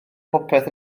popeth